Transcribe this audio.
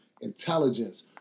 intelligence